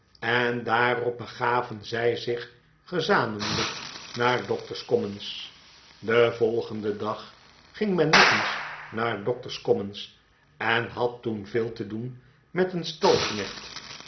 en daarop begaven zij zich gezamenlijk naar doctor's commons den volgenden dag ging men nog eens naar doctor's commons en had toen veel te doen met een